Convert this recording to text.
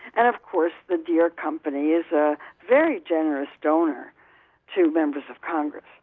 and of course the deere company is a very generous donor to members of congress